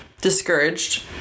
discouraged